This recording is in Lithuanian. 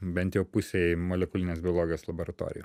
bent jau pusėj molekulinės biologijos laboratorijų